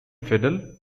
fidel